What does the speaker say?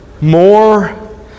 more